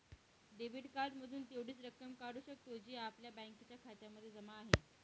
debit card मधून तेवढीच रक्कम काढू शकतो, जी आपल्या बँकेच्या खात्यामध्ये जमा आहे